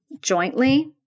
jointly